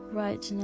right